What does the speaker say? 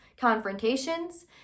confrontations